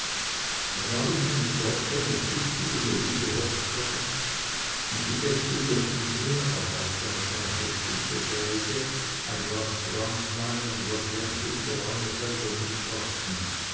da gab es im dorfe eine tüchtige solide hochzeit und die gäste durften mehr erwarten als eine verstimmte geige ein glas branntwein und was sie an guter laune selber mitbrachten